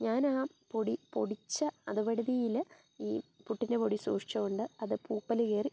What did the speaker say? ഞാൻ ആ പൊടി പൊടിച്ച അതുപടുതിയില് ഈ പുട്ടിൻ്റെ പൊടി സൂക്ഷിച്ചതുകൊണ്ട് അത് പൂപ്പല് കയറി